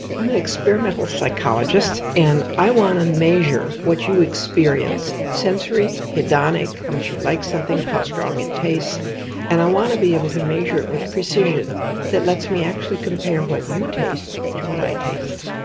i'm an experimental psychologist, and i want to measure what you experience sensory, hedonic, how much you like something, how strong it tastes and i want to be able to measure it with precision that lets me actually compare what you taste to what i taste.